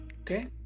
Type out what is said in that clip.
Okay